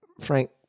Frank